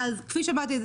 כפי שאמרתי,